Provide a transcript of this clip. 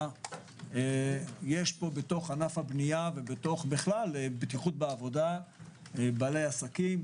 יש בתוך ענף הבניה ובטיחות בעבודה בעלי עסקים,